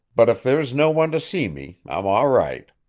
but if there's no one to see me i'm all right.